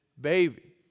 baby